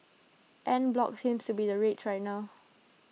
en bloc seems to be the rage right now